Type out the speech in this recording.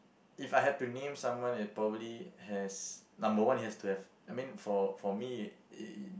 if I had to name someone it probably has number one it has to have I mean for for me it